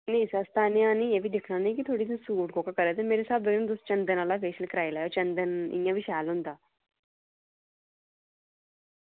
bleach अस तां नि आह्नी नी एह् बी दिक्खना निं तुं'दे उप्पर सूट कोह्का करा दी ते मेरे स्हाब कन्नै तुस चंदन आह्ला फेशियल कराई लैओ चंदन इ'यां बी शैल होंदा